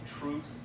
truth